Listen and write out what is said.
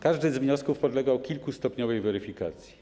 Każdy z wniosków podlegał kilkustopniowej weryfikacji.